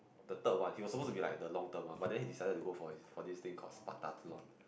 the third one he was supposed to be like the long term one but then he decided to go for his for this thing called Spartathlon